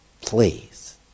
please